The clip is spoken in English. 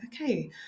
okay